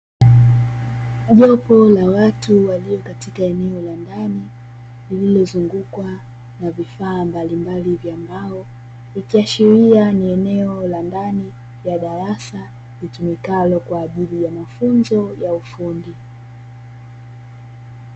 Jopo la watu walio katika eneo la ndani, lililozungukwa na vifaa mbalimbali vya mbao, ikiashiria ni eneo la ndani ya darasa, litumikalo kwa ajili ya mafunzo ya ufundi.